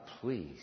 please